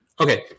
Okay